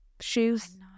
shoes